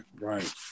Right